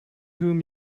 whom